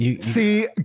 see